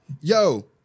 yo